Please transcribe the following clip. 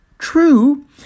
True